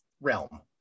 realm